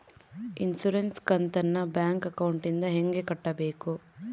Insurance ಕಂತನ್ನ bank ಅಕೌಂಟಿಂದ ಹೆಂಗ ಕಟ್ಟಬೇಕು?